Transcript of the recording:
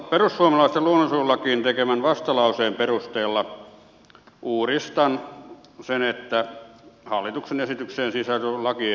perussuomalaisten luonnonsuojelulakiin tekemän vastalauseen perusteella uudistan sen että hallituksen esitykseen sisältyvä lakiehdotus hylätään